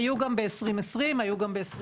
היו ב-2020, והיו גם ב-2021.